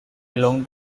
along